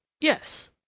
Yes